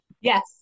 Yes